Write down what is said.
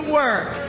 work